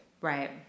Right